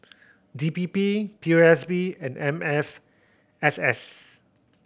D P P P O S B and M F S S